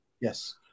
Yes